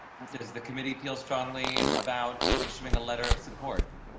says the committee feels strongly about issuing a letter of support.